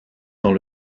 dans